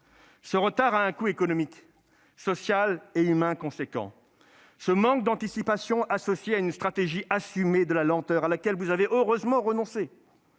Ce retard a un coût économique, social et humain important. Ce manque d'anticipation, associé à une stratégie assumée de la lenteur, à laquelle vous avez heureusement renoncé,